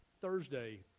Thursday